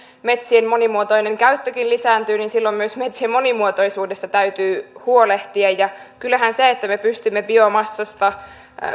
metsien monimuotoinen käyttökin lisääntyy niin silloin myös metsien monimuotoisuudesta täytyy huolehtia kyllähän se että me pystymme biomassasta